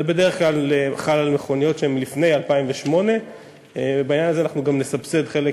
זה בדרך כלל חל על מכוניות מלפני 2008. בעניין הזה גם נסבסד חלק